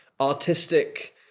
artistic